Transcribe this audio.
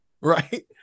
right